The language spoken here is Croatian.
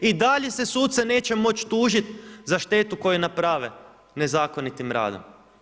I dalje se suce neće moći tužiti za štetu koju naprave nezakonitim radom.